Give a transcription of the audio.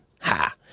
Ha